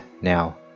Now